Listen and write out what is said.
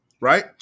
right